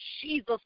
Jesus